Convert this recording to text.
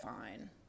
fine